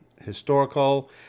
historical